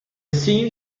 scene